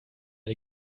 die